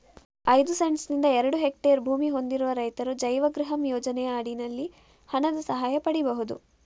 ಐದು ಸೆಂಟ್ಸ್ ನಿಂದ ಎರಡು ಹೆಕ್ಟೇರ್ ಭೂಮಿ ಹೊಂದಿರುವ ರೈತರು ಜೈವಗೃಹಂ ಯೋಜನೆಯ ಅಡಿನಲ್ಲಿ ಹಣದ ಸಹಾಯ ಪಡೀಬಹುದು